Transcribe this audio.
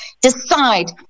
decide